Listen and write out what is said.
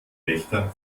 wächtern